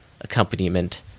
accompaniment